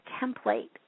template